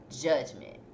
judgment